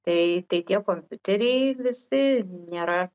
tai tai tie kompiuteriai visi nėra